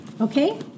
Okay